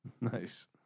Nice